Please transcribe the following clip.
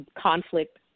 Conflict